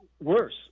worse